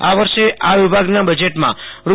આ વર્ષે આ વિભાગના બજેટમાં રૂ